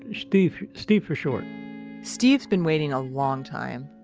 and steve steve for short steve's been waiting a long time,